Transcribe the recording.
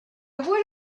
would